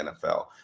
NFL